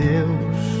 Deus